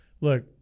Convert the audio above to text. look